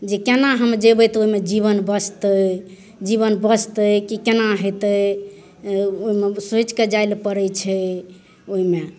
जे कोना हम जएबै तऽ ओहिमे जीवन बचतै जीवन बचतै कि कोना हेतै ओहिमे सोचिके जाएलए पड़ै छै ओहिमे